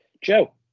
Joe